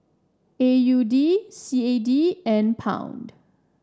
A U D C A D and Pound